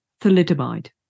thalidomide